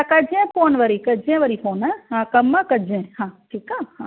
त कजांइ फोन वरी कजांइ वरी फोन हा हा कमु आहे कजांइ हा ठीकु आहे हा